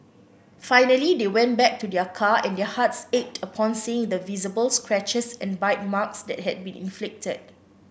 finally they went back to their car and their hearts ached upon seeing the visible scratches and bite marks that had been inflicted